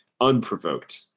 unprovoked